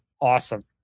awesome